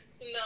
No